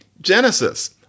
Genesis